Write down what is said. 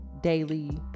daily